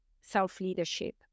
self-leadership